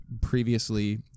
previously